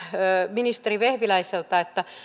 ministeri vehviläiseltä